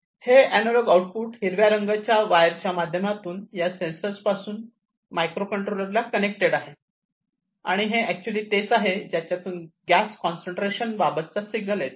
हे analogue output हिरव्या रंगाच्या वायरच्या माध्यमातून या सेन्सर पासून मायक्रो कंट्रोलर ला कनेक्टेड आहे आणि हे ऍक्च्युली तेच आहे ज्यातून गॅस कॉन्सन्ट्रेशन बाबतचा सिग्नल येतो